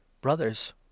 brothers